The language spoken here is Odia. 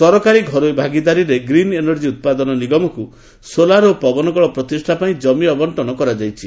ସରକାରୀ ଘରୋଇ ଭାଗିଦାରୀରେ ଗ୍ରିନ୍ ଏନର୍ଜୀ ଉତ୍ପାଦନ ନିଗମକୁ ସୋଲାର ଏବଂ ପବନକଳ ପ୍ରତିଷ୍ଠା ପାଇଁ ଜମି ଆବଶ୍ଚନ କରାଯାଇଛି